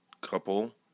couple